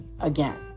again